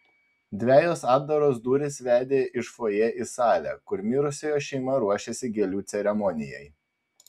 dvejos atdaros durys vedė iš fojė į salę kur mirusiojo šeima ruošėsi gėlių ceremonijai